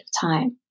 time